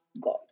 god